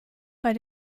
bei